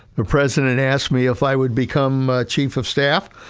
president and asked me if i would become chief of staff.